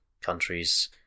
countries